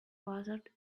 buzzard